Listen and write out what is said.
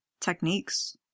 techniques